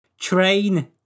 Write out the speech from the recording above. train